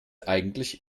eigentlich